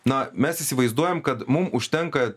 na mes įsivaizduojam kad mum užtenka